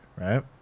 right